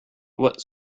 what